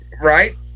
Right